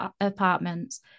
apartments